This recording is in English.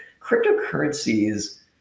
cryptocurrencies